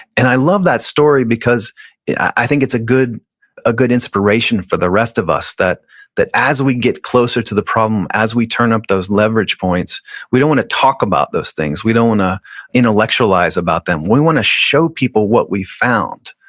and i love that story because i think it's a good ah good inspiration for the rest of us that that as we get closer to the problem, as we turn up those leverage points we don't wanna talk about those things, we don't wanna intellectualize about them. we wanna show people what we found,